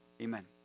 Amen